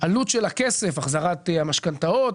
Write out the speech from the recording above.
החזרת המשכנתאות,